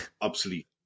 obsolete